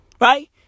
right